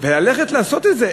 וללכת לעשות את זה,